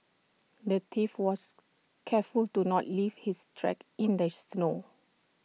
the thief was careful to not leave his tracks in the snow